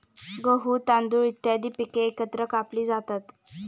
गहू, तांदूळ इत्यादी पिके एकत्र कापली जातात